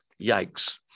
Yikes